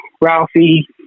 Ralphie